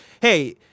hey